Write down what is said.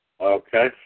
Okay